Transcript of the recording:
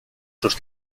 sus